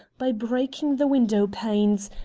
by breaking the window-panes,